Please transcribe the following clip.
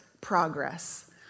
progress